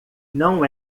não